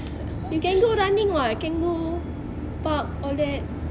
you can go running [what] can go park all that